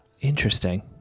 Interesting